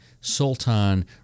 sultan